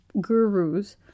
gurus